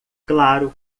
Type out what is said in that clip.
claro